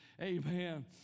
Amen